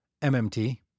MMT